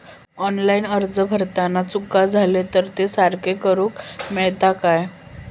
Online अर्ज भरताना चुका जाले तर ते सारके करुक मेळतत काय?